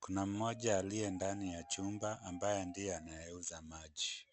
Kuna mmoja aliye ndani ya chumba, ambaye ndiye anayeuza maji.